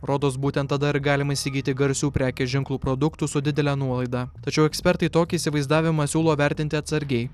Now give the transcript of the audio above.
rodos būtent tada ir galima įsigyti garsių prekės ženklų produktų su didele nuolaida tačiau ekspertai tokį įsivaizdavimą siūlo vertinti atsargiai